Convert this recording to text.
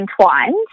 entwined